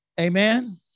Amen